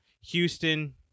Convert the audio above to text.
houston